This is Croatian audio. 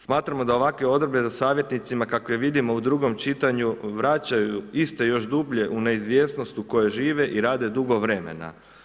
Smatramo da ovakve odredbe za savjetnicima kakve vidimo u drugom čitanju vraćaju iste još dublje u neizvjesnost u kojoj žive i rade dugo vremena.